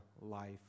life